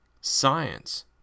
science